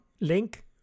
link